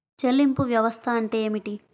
చెల్లింపు వ్యవస్థ అంటే ఏమిటి?